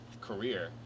career